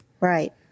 right